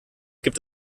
gibt